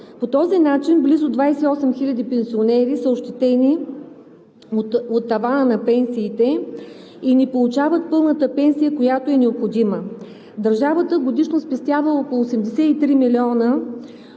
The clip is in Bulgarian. По този начин близо 28 хиляди пенсионери са ощетени от тавана на пенсиите и не получават пълната пенсия, която е необходима. Държавата годишно спестява около 83 милиона